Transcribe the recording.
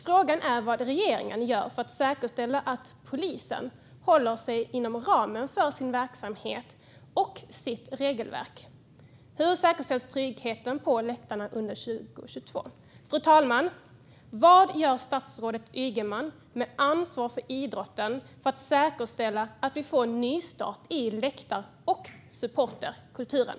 Frågan är vad regeringen gör för att säkerställa att polisen håller sig inom ramen för sin verksamhet och sitt regelverk. Hur säkerställs tryggheten på läktarna under 2022? Fru talman! Vad gör statsrådet Ygeman, som har ansvar för idrotten, för att säkerställa att vi får en nystart i läktar och supporterkulturen?